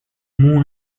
moon